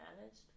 managed